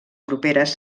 properes